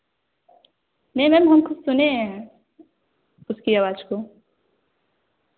नहीं मैम हम खुद सुने हैं उसकी आवाज़ को